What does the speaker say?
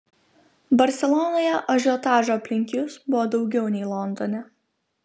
barselonoje ažiotažo aplink jus buvo daugiau nei londone